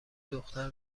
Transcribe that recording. دختر